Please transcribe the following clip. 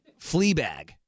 Fleabag